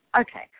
Okay